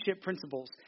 principles